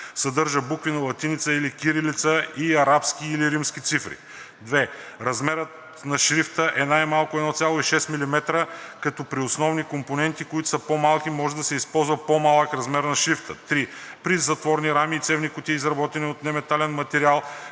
съдържа букви на латиница или кирилица и арабски или римски цифри; 2. размерът на шрифта е най-малко 1,6 мм, като при основни компоненти, които са много малки, може да се използва по-малък размер на шрифта; 3. при затворни рами и цевни кутии, изработени от неметален материал,